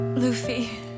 Luffy